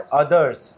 others